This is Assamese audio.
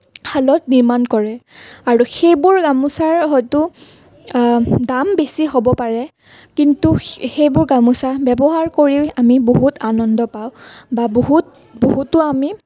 শালত নিৰ্মাণ কৰে আৰু সেইবোৰ গামোচা হয়তো দাম বেছি হ'ব পাৰে কিন্তু সে সেইবোৰ গামোচা ব্যৱহাৰ কৰিও আমি বহুত আনন্দ পাওঁ বা বহুত বহুতো আমি